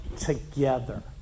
together